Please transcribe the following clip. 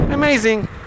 amazing